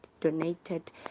donated